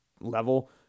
level